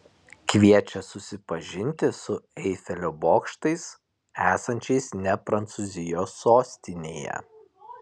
kviečia susipažinti su eifelio bokštais esančiais ne prancūzijos sostinėje